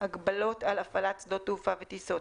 (הגבלות על הפעלת שדות תעופה וטיסות),